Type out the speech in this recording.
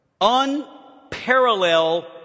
unparalleled